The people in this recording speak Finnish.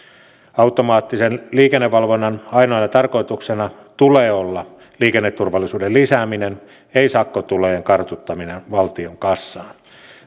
automaattisen liikennevalvonnan ainoana tarkoituksena tulee olla liikenneturvallisuuden lisääminen ei sakkotulojen kartuttaminen valtion kassaan